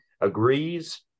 agrees